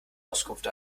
auskunft